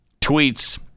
tweets